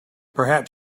perhaps